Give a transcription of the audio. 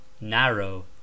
narrow